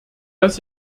dass